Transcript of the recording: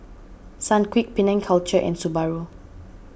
Sunquick Penang Culture and Subaru